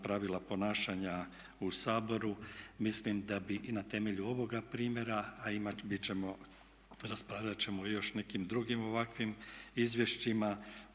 pravila ponašanja u Saboru, mislim da bi i na temelju ovoga primjera, a bit ćemo, raspravljat ćemo i o još nekim drugim ovakvim izvješćima,